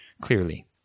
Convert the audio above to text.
clearly